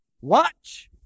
Watch